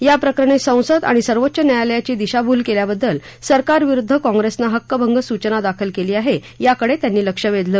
या प्रकरणी संसद आणि सर्वोच्च न्यायालयाची दिशाभूल केल्याबद्दल सरकारविरुद्ध काँग्रेसन हक्कभंग सूचना दाखल केली आहे याकडे त्यांनी लक्ष वेधलं